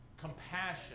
compassion